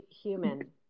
human